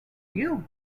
you